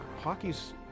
Hockey's